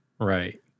Right